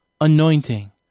anointing